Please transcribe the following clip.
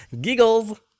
Giggles